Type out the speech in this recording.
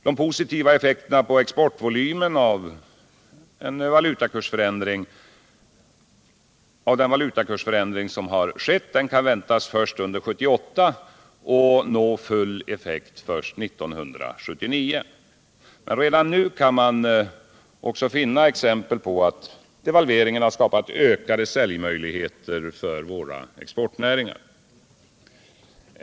De positiva effekterna på exportvolymen av valutakursändringarna kan väntas först under 1978 och nå full effekt först 1979. Redan nu kan man emellertid också finna exempel på att devalveringen skapat ökade säljmöjligheter för exportnäringarna.